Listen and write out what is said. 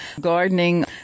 gardening